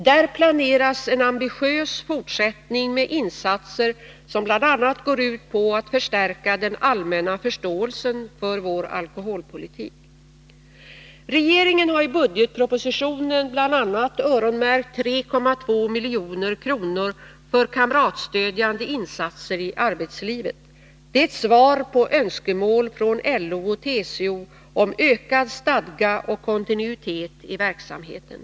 Där planeras en ambitiös fortsättning med insatser som Nr 72 bl.a. går ut på att den allmänna förståelsen för vår alkoholpolitik Onsdagen den kamratstödjande insatser i arbetslivet. Det är ett svar på önskemål från LO Allmänpolitisk och TCO om ökad stadga och kontinuitet i verksamheten.